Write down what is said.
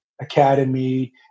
Academy